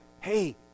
hey